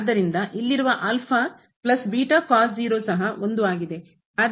ಆದ್ದರಿಂದ ಇಲ್ಲಿರುವ ಸಹ